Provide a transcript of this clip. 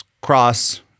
cross